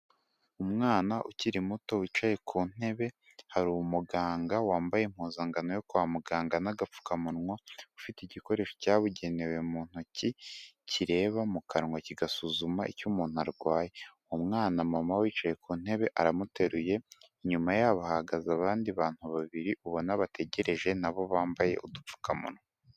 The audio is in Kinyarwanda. Umwana ukiri muto wicaye ku ntebe, hari umuganga wambaye impuzangano yo kwa muganga n'agapfukamunwa, ufite igikoresho cyabugenewe mu ntoki, kireba mu kanwa kigasuzuma icyo umuntu arwaye, uwo mwana mama wicaye ku ntebe aramuteruye, inyuma yabo hahagaze abandi bantu babiri, ubona bategereje na bo bambaye udupfukamunwa.